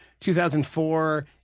2004